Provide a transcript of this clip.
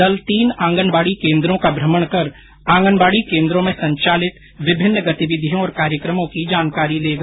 दल तीन आंगनबाडी केन्द्रों का भ्रमण कर आंगनबाडी केन्द्रों में संचालित विभिन्न गतिविधियों और कार्यक्रमों की जानकारी लेगा